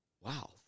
Wow